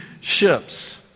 ships